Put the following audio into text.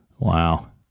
wow